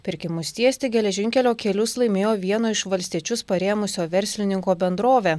pirkimus tiesti geležinkelio kelius laimėjo vieno iš valstiečius parėmusio verslininko bendrovė